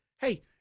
Hey